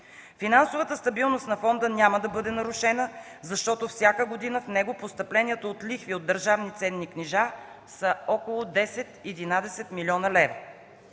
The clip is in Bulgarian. Финансовата стабилност на фонда няма да бъде нарушена, защото всяка година в него постъпленията от лихви от държавни ценни книжа са около 10 –11 млн. лв.